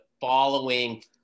following